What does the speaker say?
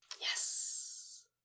Yes